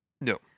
No